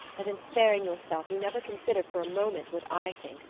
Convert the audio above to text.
and in sparing yourself you never consider for a moment what i think,